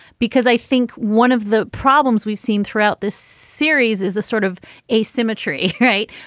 because i think one of the problems we've seen throughout this series is a sort of a symmetry. right.